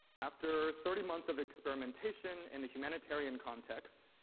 after thirty months of experimentation in the humanitarian context,